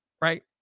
Right